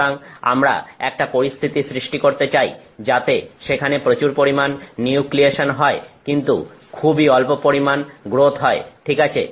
সুতরাং আমরা একটা পরিস্থিতি সৃষ্টি করতে চাই যাতে সেখানে প্রচুর পরিমাণ নিউক্লিয়েসন হয় কিন্তু খুবই অল্প পরিমাণ গ্রোথ হয় ঠিক আছে